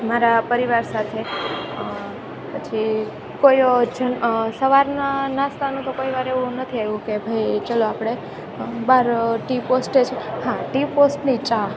મારા પરિવાર સાથે પછી કોઈ સવારના નાસ્તાનું તો કોઈવાર એવું નથી આવ્યું કે ભાઈ ચલો આપણે બહાર ટી પોસ્ટ છે હા ટી પોસ્ટની ચા